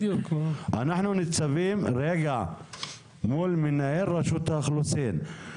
אנחנו ניצבים מול מנכ"ל רשות האוכלוסין.